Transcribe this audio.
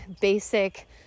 basic